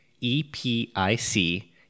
E-P-I-C